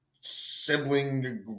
sibling